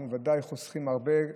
אנחנו ודאי חוסכים הרבה.